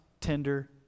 tender